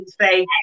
say